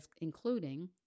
including